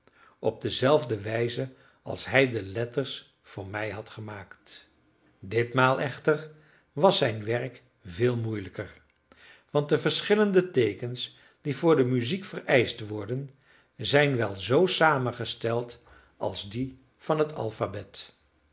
op dezelfde wijze als hij de letters voor mij had gemaakt ditmaal echter was zijn werk veel moeielijker want de verschillende teekens die voor de muziek vereischt worden zijn wel zoo samengesteld als die van het alphabet